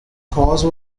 cause